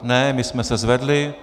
Ne, my jsme se zvedli.